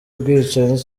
ubwicanyi